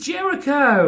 Jericho